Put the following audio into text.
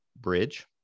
bridge